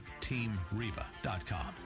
TeamReba.com